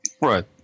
Right